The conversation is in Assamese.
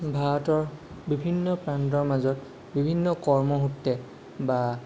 ভাৰতৰ বিভিন্ন প্ৰান্তৰ মাজত বিভিন্ন কৰ্মসূত্ৰে বা